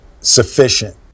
sufficient